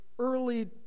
early